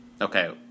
okay